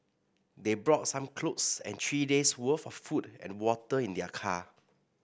they brought some clothes and three days worth of food and water in their car